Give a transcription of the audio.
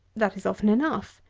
that is often enough.